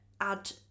add